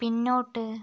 പിന്നോട്ട്